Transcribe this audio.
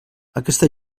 aquesta